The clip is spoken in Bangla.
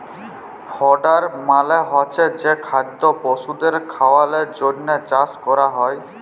ফডার মালে হচ্ছে যে খাদ্য পশুদের খাওয়ালর জন্হে চাষ ক্যরা হ্যয়